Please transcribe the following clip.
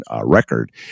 record